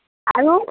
আৰু